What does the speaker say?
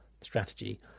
strategy